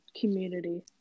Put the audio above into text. community